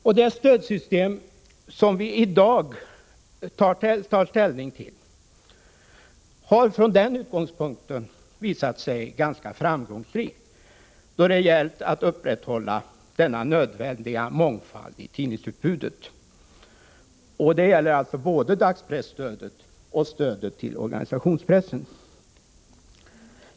Det presstödssystem som vi i dag tar ställning till har från den utgångspunkten visat sig ganska framgångsrikt då det gällt att upprätthålla denna nödvändiga mångfald av tidningsutbudet. Det gäller alltså både dagspresstödet och stödet till organisationspressen.